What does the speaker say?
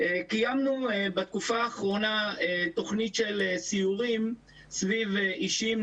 קיימנו בתקופה האחרונה תוכנית של סיורים סביב אישים,